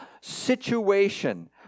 situation